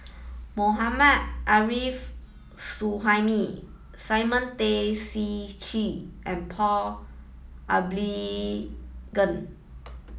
Mohammad Arif Suhaimi Simon Tay Seong Chee and Paul Abisheganaden